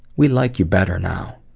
we like you better now.